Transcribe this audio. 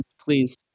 please